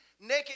naked